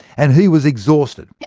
and he was exhausted.